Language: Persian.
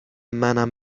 منم